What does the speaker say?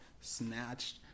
snatched